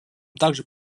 также